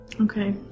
Okay